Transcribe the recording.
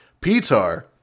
Pitar